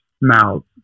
mouth